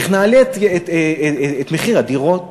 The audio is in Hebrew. איך נעלה את מחיר הדירות.